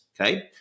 Okay